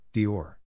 Dior